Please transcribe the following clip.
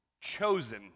chosen